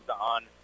on